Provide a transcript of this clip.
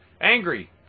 Angry